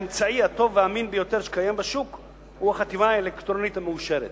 האמצעי הטוב והאמין ביותר שקיים בשוק הוא החתימה האלקטרונית המאושרת.